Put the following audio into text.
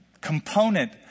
component